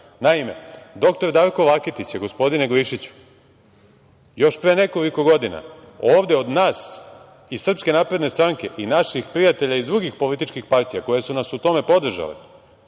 doktor Darko Laketić je, gospodine Glišiću, još pre nekoliko godina ovde od nas iz Srpske napredne stranke i naših prijatelja iz drugih političkih partija, koje su nas u tome podržale,